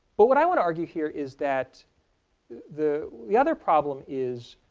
but what i want to argue here is that the the other problem is